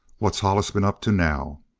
what's hollis been up to now?